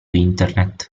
internet